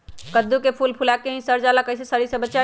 कददु के फूल फुला के ही सर जाला कइसे सरी से बचाई?